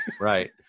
Right